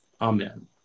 amen